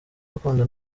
gukunda